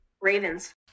Ravens